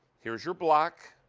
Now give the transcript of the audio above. here is your black.